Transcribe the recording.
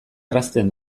errazten